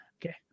Okay